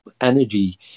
energy